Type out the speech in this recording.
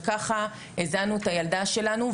וככה הזנו את הילדה שלנו.